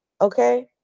okay